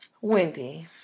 Wendy